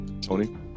Tony